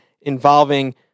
involving